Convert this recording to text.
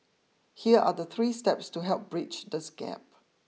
here are the three steps to help bridge this gap